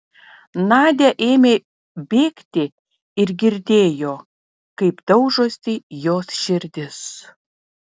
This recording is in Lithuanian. nadia ėmė bėgti ir girdėjo kaip daužosi jos širdis